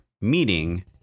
meeting